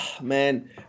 Man